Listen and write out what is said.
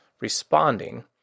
responding